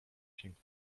piękny